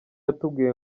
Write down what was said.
yatubwiye